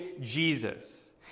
Jesus